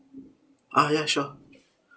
ah ya sure